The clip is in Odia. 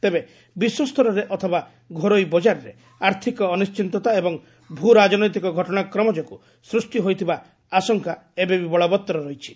ତେବେ ବିଶ୍ୱସ୍ତରରେ ଅଥବା ଘରୋଇ ବଜାରରେ ଆର୍ଥକ ଅନିଶ୍ଚିତତା ଏବଂ ଭୂ ରାଜନୈତିକ ଘଟଣାକ୍ରମ ଯୋଗୁଁ ସ୍ଦୃଷ୍ଟି ହୋଇଥିବା ଆଶଙ୍କା ଏବେବି ବଳବତ୍ତର ରହିଛି